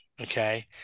Okay